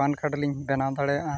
PAN card ᱞᱤᱧ ᱵᱮᱱᱟᱣ ᱫᱟᱲᱮᱭᱟᱜᱼᱟ